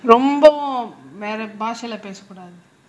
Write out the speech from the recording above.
ரொம்ப வேற பாஷைல பேச கூடாது:romba vera baashaila pesa koodathu